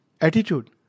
attitude